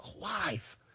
alive